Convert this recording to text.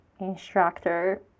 instructor